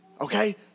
Okay